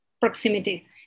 proximity